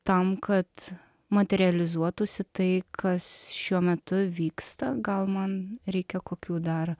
tam kad materializuotųsi tai kas šiuo metu vyksta gal man reikia kokių dar